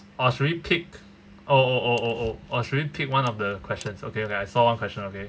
or should we pick oh oh oh oh or should we pick one of the questions okay leh I saw one question okay